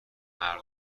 مردم